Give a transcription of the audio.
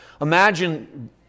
imagine